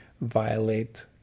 violate